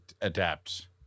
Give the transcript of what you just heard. adapt